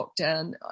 lockdown